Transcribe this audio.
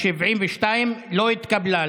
72 לא התקבלה.